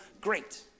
Great